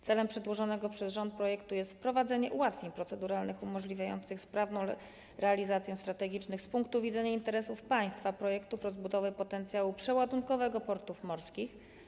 Celem przedłożonego przez rząd projektu jest wprowadzenie ułatwień proceduralnych umożliwiających sprawną realizację strategicznych z punktu widzenia interesów państwa projektów rozbudowy potencjału przeładunkowego portów morskich.